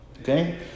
Okay